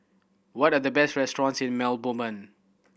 what are the best restaurants in Belmopan